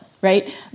right